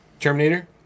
Terminator